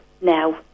now